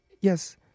Yes